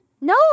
No